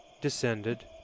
Descended